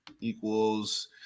equals